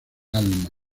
alma